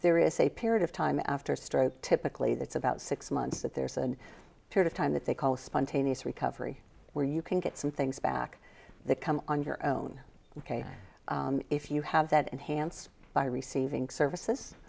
there is a period of time after stroke typically that's about six months that there's a period of time that they call spontaneous recovery where you can get some things back that come on your own ok if you have that enhanced by receiving services